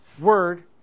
Word